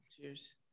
cheers